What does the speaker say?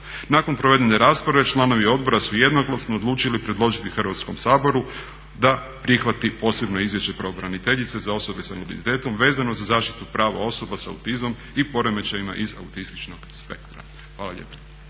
Nakon provedene rasprave članovi odbora su jednoglasno odlučili predložiti Hrvatskom saboru da prihvati Posebno izvješće pravobraniteljice za osobe sa invaliditetom vezano zaštitu prava osoba sa autizmom i poremećajima iz autističnog spektra. Hvala lijepa.